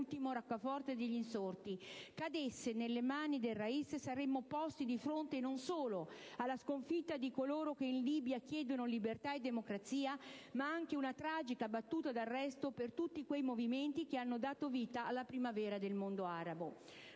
ultima roccaforte degli insorti, cadesse nelle mani del *rais*, saremmo posti di fronte non solo alla sconfitta di coloro che in Libia chiedono libertà e democrazia, ma a una tragica battuta d'arresto per tutti quei movimenti che hanno dato vita alla primavera del mondo arabo».